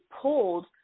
pulled